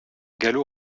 gallo